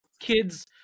Kids